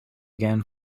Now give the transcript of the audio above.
again